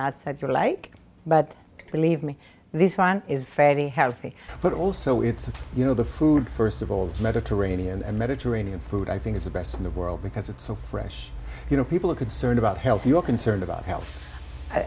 not so if you like but believe me this one is very healthy but also it's you know the food first of all the mediterranean and mediterranean food i think is the best in the world because it's so fresh you know people are concerned about health you're concerned about h